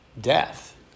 death